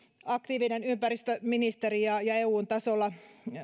aktiivinen ympäristöministeri ja ja eun tasolla